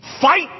fight